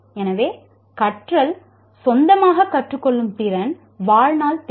எனவே கற்றல் சொந்தமாக கற்றுக்கொள்ளும் திறன் வாழ்நாள் தேவை